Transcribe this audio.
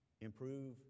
improve